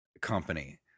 company